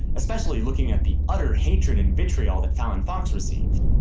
especially looking at the utter hatred and vitriol that fallon fox received.